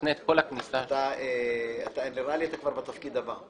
שמתנה את כל הכניסה --- נראה לי שאתה כבר בתפקיד הבא,